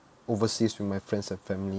overseas with my friends and family